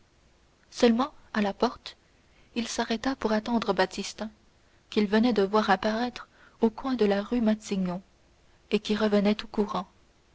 seulement à la porte il s'arrêta pour attendre baptistin qu'il venait de voir apparaître au coin de la rue matignon et qui revenait tout courant